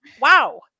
wow